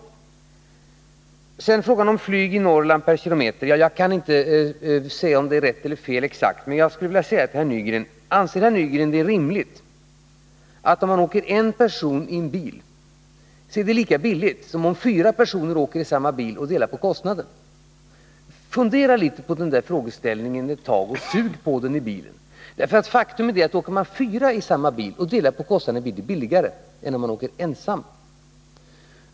Nr 19 Sedan gällde en fråga ygpriserna i Norrland per EUlometen Jag kan inte Fredagen den säga om herr Nygrens uppgifter är exakt riktiga eller felaktiga. Men jag skulle 7 november 1980 | vilja fråga herr Nygren: Anser herr Nygren att det är rimligt att det är lika | billigt om man åker en person i en bil som om fyra personer åker i samma bil | och delar på kostnaden? Fundera på den frågeställningen ett tag och sug på den! Faktum är att om fyra personer åker i en bil och delar på kostnaden blir det billigare än om man åker ensam.